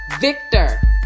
Victor